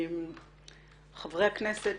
חברי הכנסת